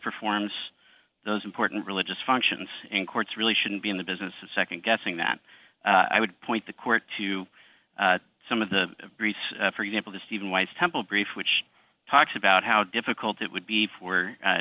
performs those important religious functions and courts really shouldn't be in the business of nd guessing that i would point the court to some of the briefs for example to stephen weiss temple brief which talks about how difficult it would be for